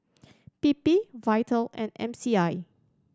P P Vital and M C I